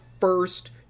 first